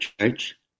church